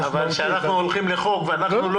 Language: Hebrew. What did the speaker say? אבל כאשר אנחנו הולכים לחוק ואנחנו לא